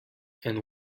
and